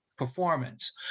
performance